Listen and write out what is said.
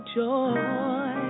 joy